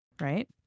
right